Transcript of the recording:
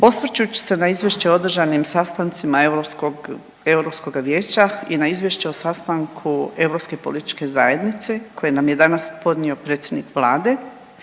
Osvrčući se na izvješće o održanim sastancima Europskoga vijeća i na Izvješće o sastanku Europske političke zajednice koje nam je danas podnio predsjednik Vlade